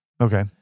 Okay